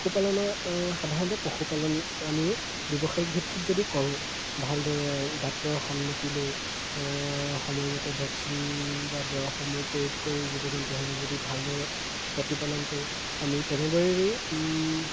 পশুপালনৰ সাধাৰণতে পশুপালন আমি ব্যৱসায়িক ভিত্তিত যদি কৰোঁ ভালদৰে ডাক্তৰৰ সন্মতি লৈ সময়মতে ভেকচিন বা দৰবসমূহ প্ৰয়োগ কৰি জীৱ জন্তুসমূহে যদি ভালদৰে প্ৰতিপালন কৰোঁ আমি তেনেদৰেই